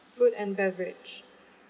food and beverage